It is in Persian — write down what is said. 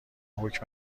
حکم